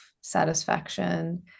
satisfaction